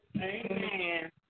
Amen